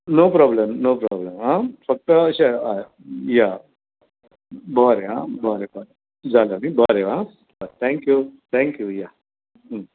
no problem no problem आं फकत अशें या बरें आं बरें बरें जालें न्ही बरें आ थँक्यू थँक्यू या